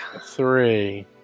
three